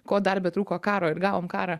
ko dar betrūko karo ir gavom karą